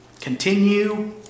Continue